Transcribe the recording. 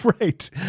Right